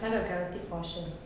那个 guaranteed portion